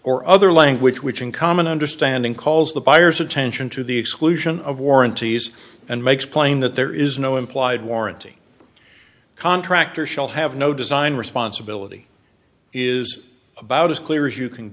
or other language which in common understanding calls the buyers attention to the exclusion of warranties and makes plain that there is no implied warranty contractor shall have no design responsibility is about as clear as you can